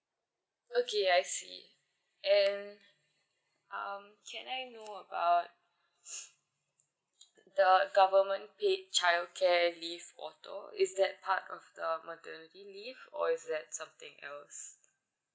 okay I see and um can I know about the government paid childcare leave for those is that part of the maternity leave or is that's something else